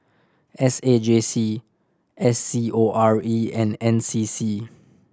S A J C S C O R E and N C C